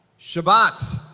Shabbat